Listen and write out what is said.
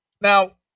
Now